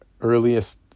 earliest